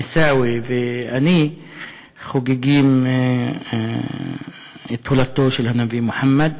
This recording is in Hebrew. עיסאווי ואני חוגגים את הולדתו של הנביא מוחמד.